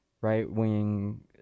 right-wing